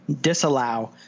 disallow